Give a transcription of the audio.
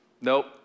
Nope